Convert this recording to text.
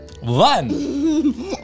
one